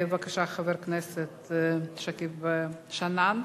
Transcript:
בבקשה, חבר הכנסת שכיב שנאן.